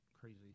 crazy